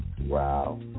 Wow